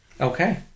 Okay